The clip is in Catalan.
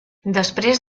després